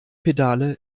pedale